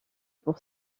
pour